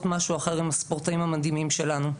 משהו אחר עם הספורטאים המדהימים שלנו.